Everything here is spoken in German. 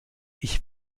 ich